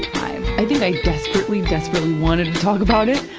time. i think i desperately, desperately wanted to talk about it,